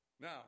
Now